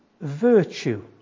Virtue